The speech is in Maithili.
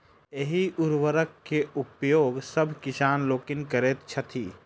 एहि उर्वरक के उपयोग सभ किसान लोकनि करैत छथि